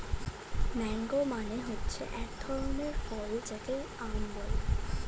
mango মানে হচ্ছে এক ধরনের ফল যাকে আম বলে